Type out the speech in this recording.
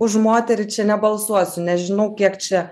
už moterį čia nebalsuosiu nežinau kiek čia